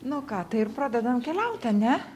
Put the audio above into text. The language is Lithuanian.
nu ką tai ir pradedam keliauti ar ne